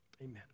Amen